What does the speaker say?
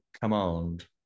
command